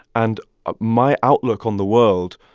and ah my outlook on the world,